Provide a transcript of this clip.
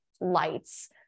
lights